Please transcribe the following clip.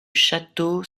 château